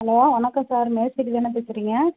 hello வணக்கம் sir மேஸ்திரிதான பேசுகிறீங்க